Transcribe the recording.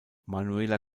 manuela